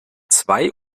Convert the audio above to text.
zwei